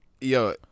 yo